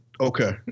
Okay